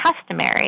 customary